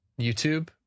YouTube